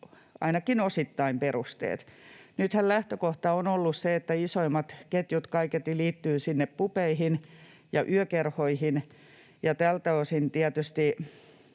ainakin osittain perusteet. Nythän lähtökohta on ollut se, että isoimmat ketjut kaiketi liittyvät sinne pubeihin ja yökerhoihin, ja tältä osin tietysti